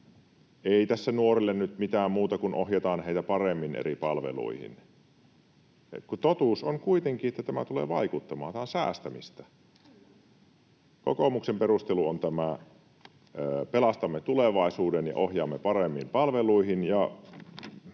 ”ei tässä nuorille nyt mitään muuta kuin ohjataan heitä paremmin eri palveluihin”, kun totuus on kuitenkin, että tämä tulee vaikuttamaan, tämä on säästämistä. Kokoomuksen perustelu on tämä ”pelastamme tulevaisuuden ja ohjaamme paremmin palveluihin”,